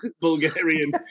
Bulgarian